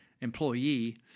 employee